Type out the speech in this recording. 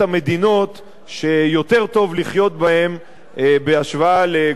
שיותר טוב לחיות בהן בהשוואה לכל מדינות העולם.